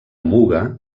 muga